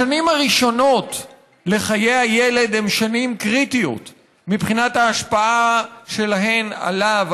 השנים הראשונות לחיי הילד הן שנים קריטיות מבחינת ההשפעה שלהן עליו,